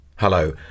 Hello